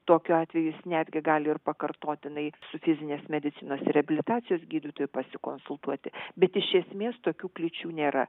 tokiu atveju jis netgi gali ir pakartotinai su fizinės medicinos ir reabilitacijos gydytoju pasikonsultuoti bet iš esmės tokių kliūčių nėra